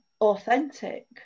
authentic